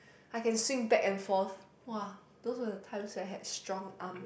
I can swing back and forth !wah! those were the times I had strong arm